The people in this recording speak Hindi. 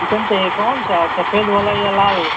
चिकन चाहिए कौन सा सफेद वाला या लाल